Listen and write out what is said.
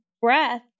breath